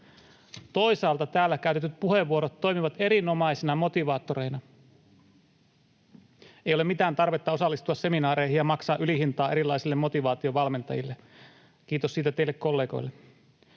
Toisaalta täällä käytetyt puheenvuorot toimivat erinomaisina motivaattoreina. Ei ole mitään tarvetta osallistua seminaareihin ja maksaa ylihintaa erilaisille motivaatiovalmentajille, kiitos siitä teille kollegoille.